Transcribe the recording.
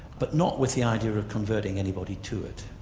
but not with the idea of converting anybody to it.